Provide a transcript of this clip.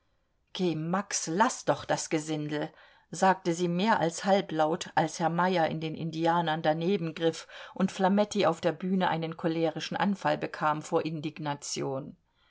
max laß doch das gesindel sagte sie mehr als halblaut als herr meyer in den indianern danebengriff und flametti auf der bühne einen cholerischen anfall bekam vor indignation